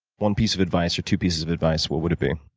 one piece of advice or two pieces of advice, what would it be?